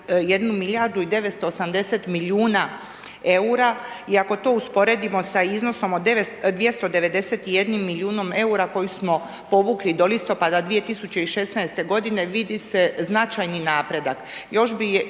1 milijardu i 980 milijuna eura i ako to usporedimo sa iznosom od 291 milijunom eura koji smo povukli do listopada 2016. godine vidi se značajni napredak.